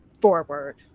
forward